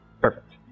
Perfect